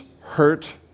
hurt